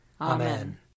Amen